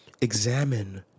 Examine